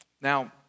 Now